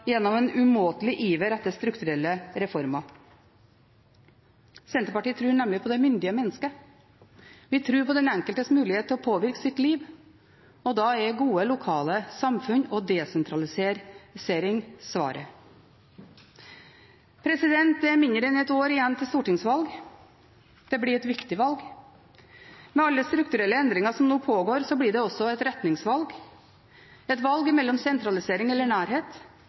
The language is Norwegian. gjennom en umåtelig iver etter strukturelle reformer. Senterpartiet tror nemlig på det myndige mennesket. Vi tror på den enkeltes mulighet til å påvirke sitt liv, og da er gode lokale samfunn og desentralisering svaret. Det er mindre enn et år igjen til stortingsvalg. Det blir et viktig valg. Med alle strukturelle endringer som nå pågår, blir det også et retningsvalg, et valg mellom sentralisering eller nærhet,